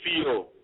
feel